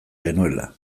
genuela